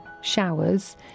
showers